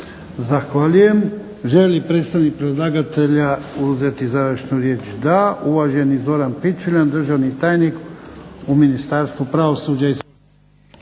Zahvaljujem. Želi li predstavnik predlagatelja uzeti završnu riječ? Da. Uvaženi Zoran Pičuljan, državni tajnik u Ministarstvu pravosuđa.